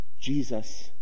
Jesus